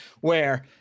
where-